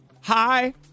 hi